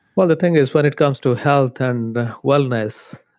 well, the thing is when it comes to health and wellness,